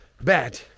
bad